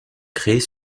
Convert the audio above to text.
créés